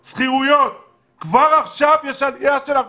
זהו האחריות שלנו לקבוע נהלים,